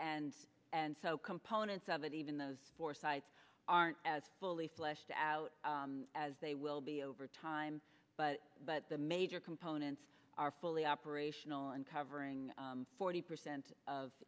and and so components of it even those four sites aren't as fully fleshed out as they will be over time but but the major components are fully operational and covering forty percent of